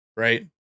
Right